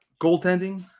Goaltending